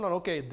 okay